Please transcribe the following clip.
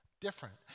different